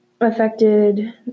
affected